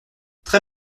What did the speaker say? très